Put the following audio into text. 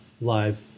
live